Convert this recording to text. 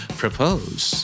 propose